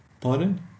Pardon